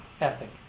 ethic